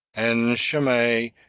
and shimei,